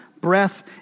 breath